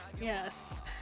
Yes